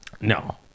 No